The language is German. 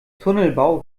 tunnelbau